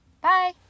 Bye